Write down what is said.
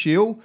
eu